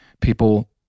people